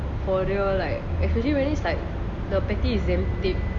for real like especially when it's like the patty's damn thin